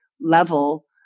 level